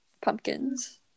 Pumpkins